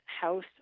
House